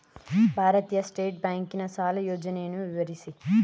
ಭಾರತೀಯ ಸ್ಟೇಟ್ ಬ್ಯಾಂಕಿನ ಸಾಲ ಯೋಜನೆಯನ್ನು ವಿವರಿಸಿ?